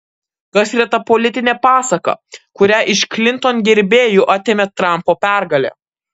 kas yra ta politinė pasaka kurią iš klinton gerbėjų atėmė trampo pergalė